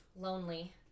lonely